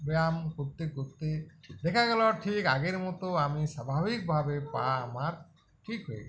ব্যায়াম করতে করতে দেখা গেল ঠিক আগের মতো আমি স্বাভাবিকভাবে পা আমার ঠিক হয়ে গেছে